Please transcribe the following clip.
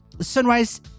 sunrise